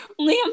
Liam